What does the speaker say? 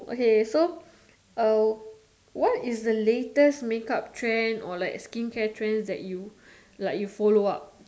okay so uh what is the latest make up trend or like skincare trend that you like you follow up